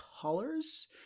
colors